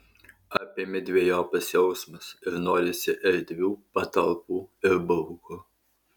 apėmė dvejopas jausmas ir norisi erdvių patalpų ir baugu